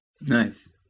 Nice